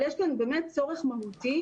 אבל יש כאן באמת צורך מהותי.